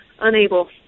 unable